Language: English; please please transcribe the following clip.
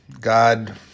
God